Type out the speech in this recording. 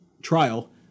trial